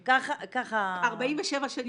אוקיי.